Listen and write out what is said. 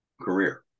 career